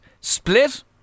split